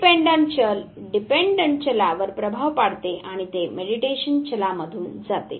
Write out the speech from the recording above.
independent चल dependent चलावर प्रभाव पाडते आणि ते मेडीटेशन चला मधून जाते